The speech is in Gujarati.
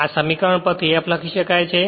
આ સમીકરણ પરથી f લખી શકાય છે